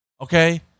okay